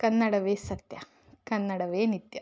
ಕನ್ನಡವೇ ಸತ್ಯ ಕನ್ನಡವೇ ನಿತ್ಯ